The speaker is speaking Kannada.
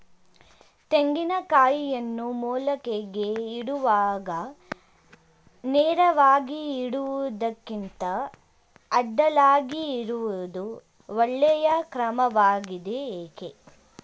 ತೆಂಗಿನ ಕಾಯಿಯನ್ನು ಮೊಳಕೆಗೆ ಇಡುವಾಗ ನೇರವಾಗಿ ಇಡುವುದಕ್ಕಿಂತ ಅಡ್ಡಲಾಗಿ ಇಡುವುದು ಒಳ್ಳೆಯ ಕ್ರಮವಾಗಿದೆ ಏಕೆ?